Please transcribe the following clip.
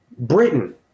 britain